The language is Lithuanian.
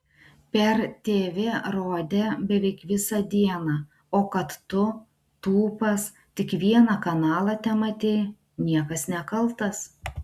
per tv rodė beveik visą dieną o kad tu tūpas tik vieną kanalą tematei niekas nekaltas